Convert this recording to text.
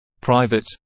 private